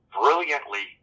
brilliantly